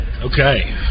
Okay